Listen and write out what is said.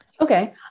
Okay